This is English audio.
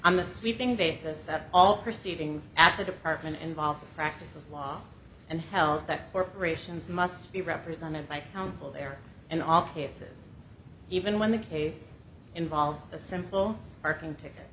i'm a sweeping basis that all proceedings at the department involve a practice of law and health that corporations must be represented by counsel there in all cases even when the case involves a simple parking ticket